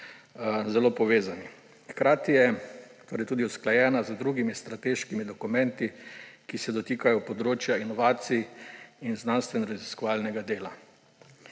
zelo povezani. Hkrati je tudi usklajena z drugimi strateškimi dokumenti, ki se dotikajo področja inovacij in znanstvenoraziskovalnega dela.